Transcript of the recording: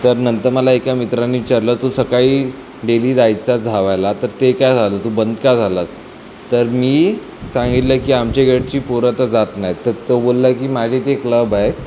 तर नंतर मला एका मित्राने विचारलं तू सकाळी डेली जायचास धावायला तर ते काय झालं तू का बंद का झालास तर मी सांगितलं की आमचे इकडची पोरं आता जात नाहीत तर तो बोलला की माझीच एक क्लब आहे